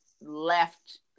left